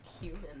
human